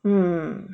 mm